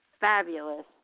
fabulous